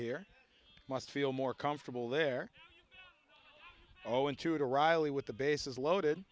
here must feel more comfortable there oh into to riley's with the bases loaded